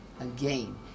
Again